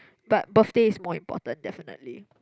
but birthday is more important definitely